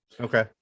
Okay